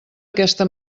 aquesta